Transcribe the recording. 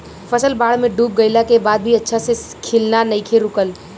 फसल बाढ़ में डूब गइला के बाद भी अच्छा से खिलना नइखे रुकल